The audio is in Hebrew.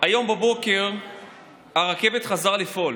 היום בבוקר הרכבת חזרה לפעול,